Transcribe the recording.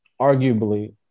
Arguably